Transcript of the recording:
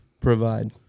provide